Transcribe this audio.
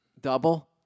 Double